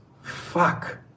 fuck